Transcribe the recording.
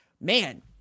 man